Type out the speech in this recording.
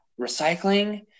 Recycling